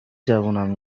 جوانان